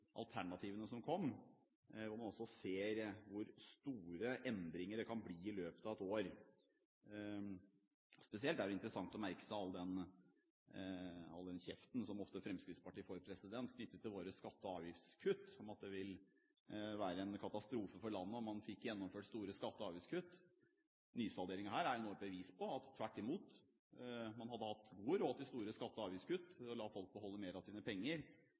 alternativene som kom – når man altså ser hvor store endringer det kan bli i løpet av et år. Spesielt er det interessant å merke seg all den kjeften som Fremskrittspartiet ofte får knyttet til våre skatte- og avgiftskutt – at det ville være en katastrofe for landet om man fikk gjennomført store skatte- og avgiftskutt. Denne nysalderingen er et bevis på at man tvert imot hadde hatt god råd til store skatte- og avgiftskutt og latt folk beholde mer av sine penger.